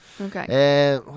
Okay